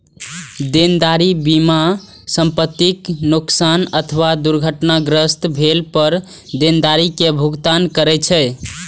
देनदारी बीमा संपतिक नोकसान अथवा दुर्घटनाग्रस्त भेला पर देनदारी के भुगतान करै छै